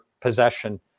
possession